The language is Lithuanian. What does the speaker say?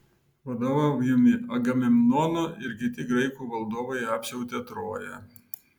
vadovaujami agamemnono ir kiti graikų valdovai apsiautė troją